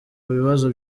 bibazo